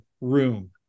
room